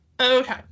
Okay